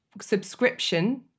subscription